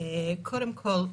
קודם כול,